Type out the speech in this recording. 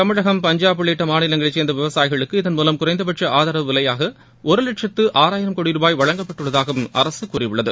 தமிழகம் பஞ்சாப் உள்ளிட்ட மாநிலங்களை சேர்ந்த விவசாயிகளுக்கு இதன்மூலம் குறைந்தபட்ச ஆதரவு விலையாக ஒரு லட்சத்து ஆறாயிரம் கோடி ரூபாய் வழங்கப்பட்டுள்ளதாகவும் அரசு கூறியுள்ளது